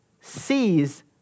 sees